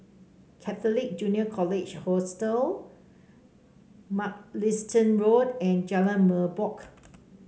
Catholic Junior College Hostel Mugliston Road and Jalan Merbok